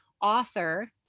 author